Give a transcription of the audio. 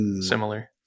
similar